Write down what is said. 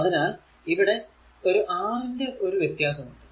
അതിനാൽ ഇവിടെ 6 ന്റെ ഒരു വ്യത്യാസം ഉണ്ട്